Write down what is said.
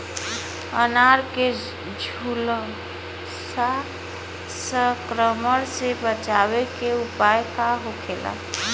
अनार के झुलसा संक्रमण से बचावे के उपाय का होखेला?